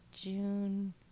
June